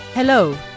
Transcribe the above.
Hello